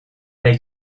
they